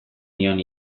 nion